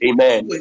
Amen